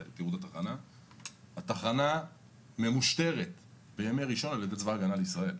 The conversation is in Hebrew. התחנה ממושטרת בימי ראשון על ידי צבא הגנה לישראל.